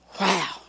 Wow